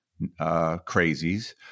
crazies